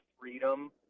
freedom